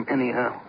Anyhow